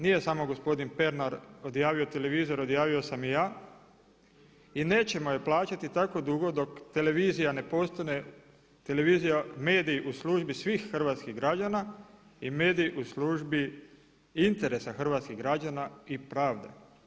Nije samo gospodin Pernar odjavio televizor, odjavio sam i ja i nećemo je plaćati tako dugo dok televizija ne postane televizija, medij u službi svih hrvatskih građana i medij u službi interesa hrvatskih građana i pravde.